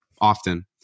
often